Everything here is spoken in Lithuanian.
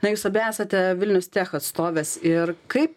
na jūs abi esate vilnius tech atstovės ir kaip